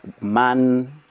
man